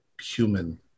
human